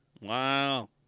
Wow